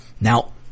Now